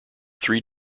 three